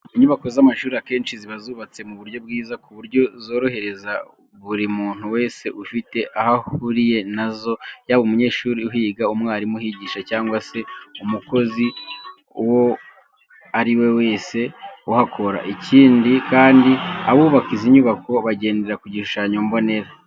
Inyubako z'amashuri akenshi ziba zubatse mu buryo bwiza ku buryo zorohereza buri muntu wese ufite aho ahuriye na zo, yaba umunyeshuri uhiga, umwarimu uhigisha cyangwa se umukozi uwo ari we wese uhakorera. Ikindi kandi abubaka izi nyubako bagendera ku gishushanyo mbonera.